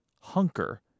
hunker